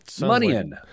Money-in